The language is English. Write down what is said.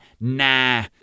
Nah